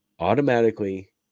automatically